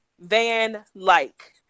Van-like